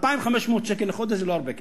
2,500 שקל לחודש זה לא הרבה כסף.